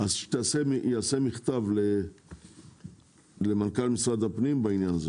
תכתבי מכתב למנכ"ל משרד הפנים בעניין הזה,